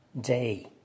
day